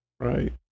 Right